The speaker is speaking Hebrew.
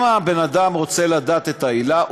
אם הבן-אדם רוצה לדעת את העילה,